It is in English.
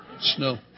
Snow